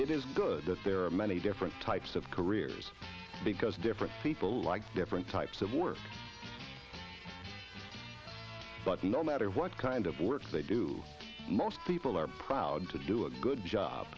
it is good that there are many different types of careers because different people like different types of work but no matter what kind of work they do most people are proud to do a good job